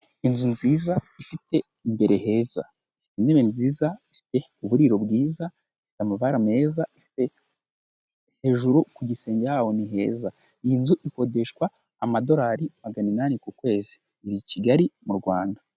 Inzu nziza ifite imbere heza. Ifite intebe nziza, ifite uburiro bwiza, ifite amabara meza, ifite hejuru ku gisenge haho ni heza. Iyi nzu ikodeshwa amadolari magana inani ku kwezi, iri i Kigali mu Rwanda.